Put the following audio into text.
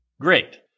Great